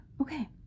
okay